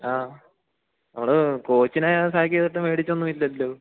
ആ നമ്മള് കോച്ചിനെ മേടിച്ചൊന്നുമില്ലല്ലോ